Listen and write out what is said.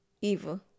evil